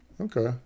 Okay